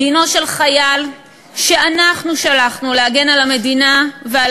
דינו של חייל שאנחנו שלחנו להגן על המדינה ועל